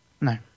No